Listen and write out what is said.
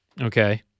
okay